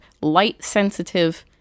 light-sensitive